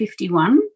51